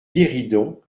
guéridon